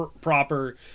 proper